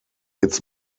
its